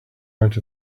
out